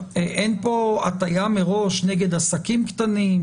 אין הטיה מראש נגד עסקים קטנים,